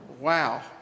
Wow